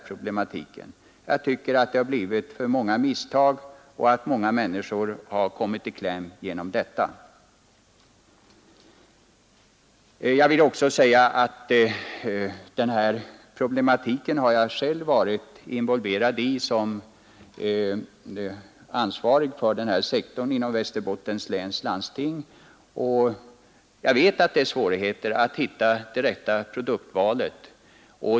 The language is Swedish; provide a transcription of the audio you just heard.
Det har blivit för många misstag, och många människor har kommit i kläm genom detta. Den här problematiken har jag själv varit involverad i som ansvarig för denna sektor inom Västerbottens läns landsting. Jag vet att det är svårt att hitta det rätta produktvalet.